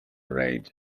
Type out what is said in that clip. raid